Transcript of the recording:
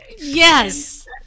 Yes